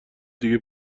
دیگه